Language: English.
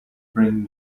bring